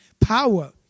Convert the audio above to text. power